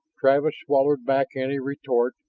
travis swallowed back any retort,